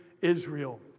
Israel